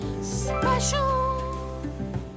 special